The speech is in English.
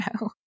no